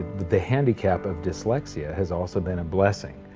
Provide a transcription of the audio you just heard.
the handicap of dyslexia has also been a blessing.